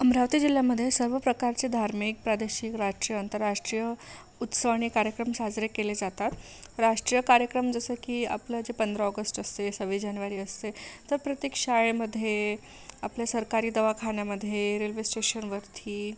अमरावती जिल्ह्यामध्ये सर्व प्रकारचे धार्मिक प्रादेशिक राज्य अंतरराष्ट्रीय उत्सव आणि कार्यक्रम साजरे केले जातात राष्ट्रीय कार्यक्रम जसं की आपला जे पंधरा ऑगस्ट असे सव्वीस जानेवारी असे तर प्रत्येक शाळेमध्ये आपल्या सरकारी दवाखान्यामध्ये रेल्वे स्टेशनवरती